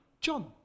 John